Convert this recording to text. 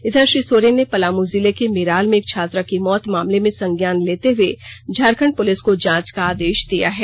इधर श्री सोरेन ने पलामू जिले के मेराल में एक छात्रा की मौत मामले में संज्ञान लेते हुए झारखंड पुलिस को जांच का आदेश दिया है